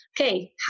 okay